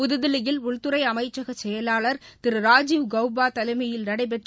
புதுதில்லியில் உள்துறை அமைச்சக செயவாளர் திரு ராஜீவ் கௌபா தலைமையில் நடைபெற்ற